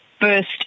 first